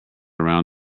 around